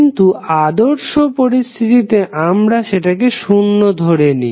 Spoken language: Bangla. কিন্তু আদর্শ পরিস্থিতিতে আমরা সেটাকে শূন্য ধরে নি